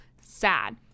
Sad